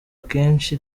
akenshi